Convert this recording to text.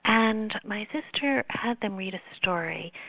and my sister had them read a story.